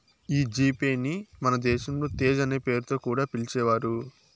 ఈ జీ పే ని మన దేశంలో తేజ్ అనే పేరుతో కూడా పిలిచేవారు